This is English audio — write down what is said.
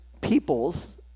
people's